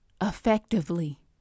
effectively